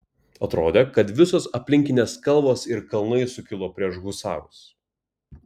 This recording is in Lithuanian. atrodė kad visos aplinkinės kalvos ir kalnai sukilo prieš husarus